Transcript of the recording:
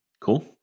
Cool